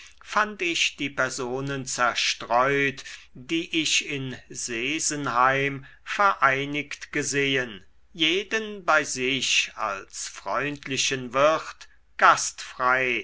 fand ich die personen zerstreut die ich in sesenheim vereinigt gesehn jeden bei sich als freundlichen wirt gastfrei